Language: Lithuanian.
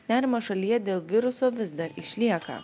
nerimas šalyje dėl viruso vis dar išlieka